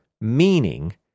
meaning